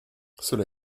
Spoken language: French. cela